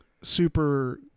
Super